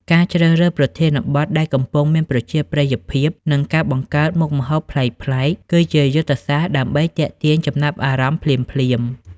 ការជ្រើសរើសប្រធានបទដែលកំពុងមានប្រជាប្រិយភាព និងការបង្កើតមុខម្ហូបប្លែកៗ គឺជាយុទ្ធសាស្ត្រដើម្បីទាក់ទាញចំណាប់អារម្មណ៍ភ្លាមៗ។